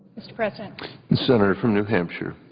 mr. president. the senator from new hampshire.